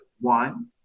one